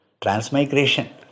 transmigration